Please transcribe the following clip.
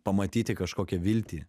pamatyti kažkokią viltį